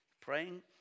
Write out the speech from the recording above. praying